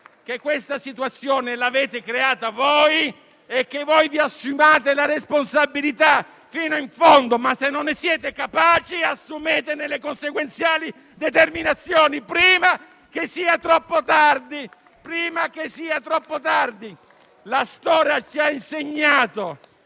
che questa situazione l'abbiate creata voi e che voi dobbiate assumervene la responsabilità fino in fondo. Se non ne siete capaci, assumete le conseguenziali determinazioni, prima che sia troppo tardi. La storia ci ha insegnato